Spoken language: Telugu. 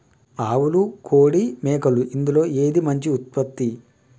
ఆవులు కోడి మేకలు ఇందులో ఏది మంచి ఉత్పత్తి?